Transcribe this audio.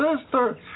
sister